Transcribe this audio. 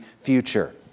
future